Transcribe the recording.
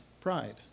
pride